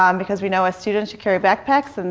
um because we know us students should carry backpacks. and